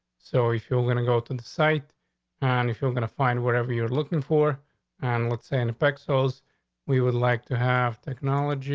so if you're gonna go to and the site and if you're going to find whatever you're looking for and let's say in effect, those we would like to have technology